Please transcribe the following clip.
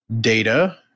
Data